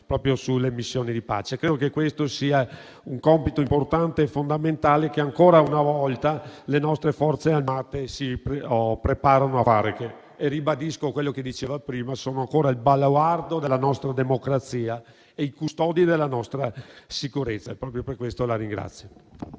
riguarda le missioni di pace. Credo che questo sia un compito importante e fondamentale che ancora una volta le nostre Forze armate si prepararono a fare, poiché - ribadisco quello che diceva prima - sono ancora il baluardo della nostra democrazia e i custodi della nostra sicurezza. Proprio per questo, la ringrazio.